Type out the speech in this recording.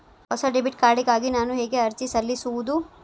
ಹೊಸ debit card ಗಾಗಿ ನಾನು ಹೇಗೆ ಅರ್ಜಿ ಸಲ್ಲಿಸುವುದು?